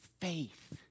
faith